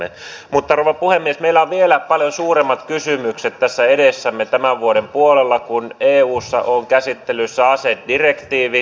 mutta rouva puhemies meillä on vielä paljon suuremmat kysymykset edessämme tämän vuoden puolella kun eussa on käsittelyssä asedirektiivi